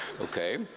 okay